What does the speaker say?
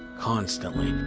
constantly